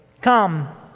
come